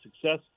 success